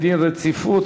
הנני מתכבד להודיעכם,